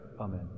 Amen